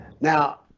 now